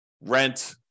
rent